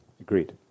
Agreed